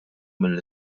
mill